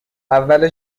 اول